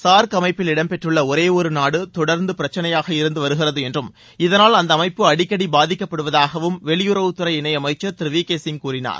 SAARC அமைப்பில இடம்பெற்றுள்ள ஒரேஒரு நாடு தொடர்ந்து பிரச்சினையாக இருந்து வருகிறது என்றும் இதனால் அந்த அமைப்பு வெளியுறவுத்துறை இணை அமைச்சர் திரு வி கே சிங் கூறினார்